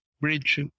bridge